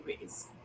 ways